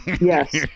Yes